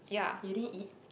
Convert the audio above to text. you didn't eat